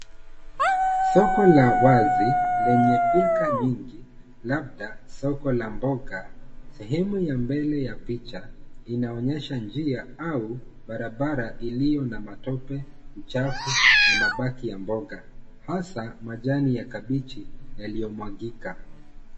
Soko la wazi lenye pilka nyingi labda soko la mboga. Sehemu ya nyuma ya picha inaonyesha njia au barabara iliyo na matope, uchafu na mabaki ya mboga hasa majani ya kabeji yaliyomwagika.